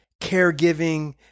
caregiving